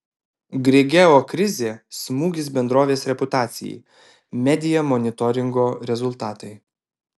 grigeo krizė smūgis bendrovės reputacijai media monitoringo rezultatai